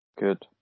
Good